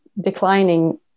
declining